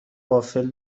وافل